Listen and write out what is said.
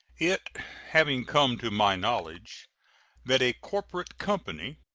it having come to my knowledge that a corporate company,